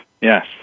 Yes